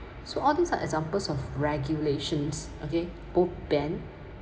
so all these are examples of regulations okay both ban